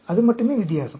அது மட்டுமே வித்தியாசம்